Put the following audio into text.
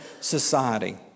society